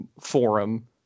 forum